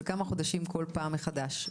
של כמה חודשים כל פעם מחדש.